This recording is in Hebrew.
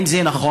האם זה נכון?